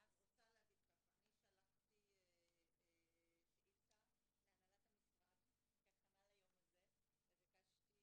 אני שלחתי שאילתה להנהלת המשרד כהכנה ליום הזה וביקשתי